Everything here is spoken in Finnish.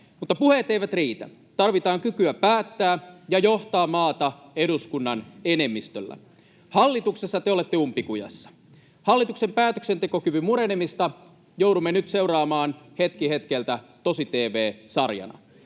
Mutta puheet eivät riitä. Tarvitaan kykyä päättää ja johtaa maata eduskunnan enemmistöllä. Hallituksessa te olette umpikujassa. Hallituksen päätöksentekokyvyn murenemista joudumme nyt seuraamaan hetki hetkeltä tosi-tv-sarjana.